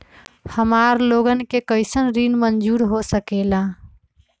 हमार लोगन के कइसन ऋण मंजूर हो सकेला?